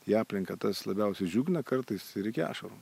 į aplinką tas labiausiai džiugina kartais ir iki ašarų